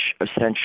essentially